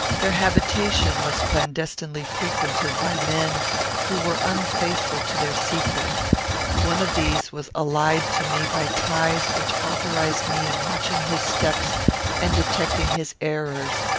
their habitation was clandestinely frequented by men who were unfaithful to their secret one of these was allied to me by ties which authorized me in watching his steps and detecting his errors,